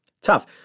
tough